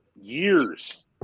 Years